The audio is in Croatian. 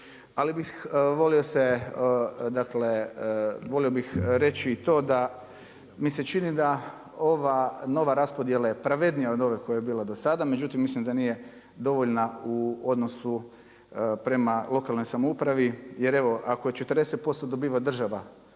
Ali bih volio se, dakle, volio bih reći i to da mi se čini da ova nova raspodjela je pravednija od ove koja je bila do sada, međutim mislim da nije dovoljna u odnosu prema lokalnoj samoupravi, jer evo ako 40% dobiva država